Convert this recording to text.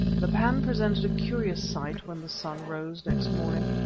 the pan presented a curious sight when the sun rose next morning.